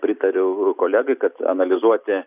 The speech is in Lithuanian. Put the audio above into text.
pritariu kolegai kad analizuoti